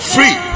Free